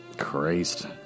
Christ